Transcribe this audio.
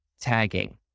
tagging